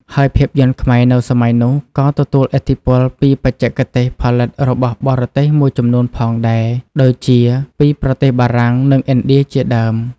ហើយភាពយន្តខ្មែរនៅសម័យនោះ ក៏ទទួលឥទ្ធិពលពីបច្ចេកទេសផលិតរបស់បរទេសមួយចំនួនផងដែរ ដូចជាពីប្រទេសបារាំង និងឥណ្ឌា ជាដើម។